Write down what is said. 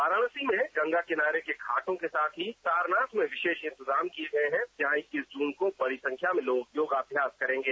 वाराणसी में गंगा किनारे के घाटों के साथ ही सारनाथ में विशेष इंतजाम किए गए हैं जहां इक्कीस जून को बड़ी संख्या में लोग योगाभ्यास करेंगे